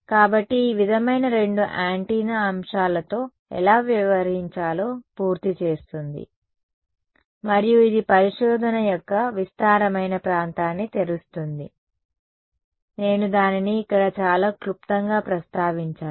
కాబట్టి ఈ విధమైన రెండు యాంటెన్నా అంశాలతో ఎలా వ్యవహరించాలో పూర్తి చేస్తుంది మరియు ఇది పరిశోధన యొక్క విస్తారమైన ప్రాంతాన్ని తెరుస్తుంది నేను దానిని ఇక్కడ చాలా క్లుప్తంగా ప్రస్తావిస్తాను